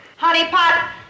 honeypot